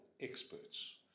experts